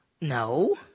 No